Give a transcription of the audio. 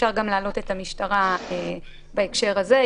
אפשר גם להעלות את המשטרה בהקשר הזה.